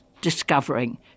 discovering